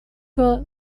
were